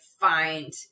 find